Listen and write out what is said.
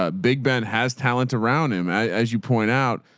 ah big ben has talent around him. as you point out,